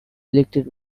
elected